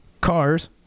cars